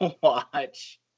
watch